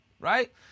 Right